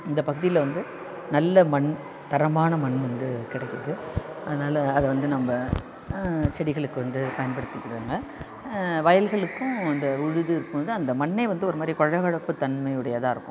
இந்தப் பகுதியில் வந்து நல்ல மண் தரமான மண் வந்து கிடைக்குது அதனால அது வந்து நம்ம செடிகளுக்கு வந்து பயன்படுத்திக்கிறோங்க வயல்களுக்கும் அந்த விழுதிருக்கும்ல அந்த மண்ணே வந்து ஒரு மாதிரி கொழகொழப்பு தன்மையுடையதாக இருக்கும்